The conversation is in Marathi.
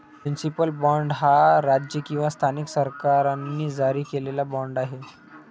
म्युनिसिपल बाँड हा राज्य किंवा स्थानिक सरकारांनी जारी केलेला बाँड आहे